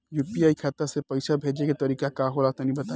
UPI खाता से पइसा भेजे के तरीका का होला तनि बताईं?